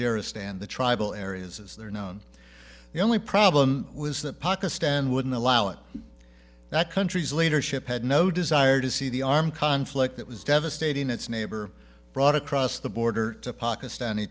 zero stand the tribal areas as they're known the only problem was that pakistan wouldn't allow it that country's leadership had no desire to see the armed conflict that was devastating its neighbor brought across the border to pakistani